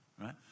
right